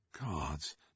gods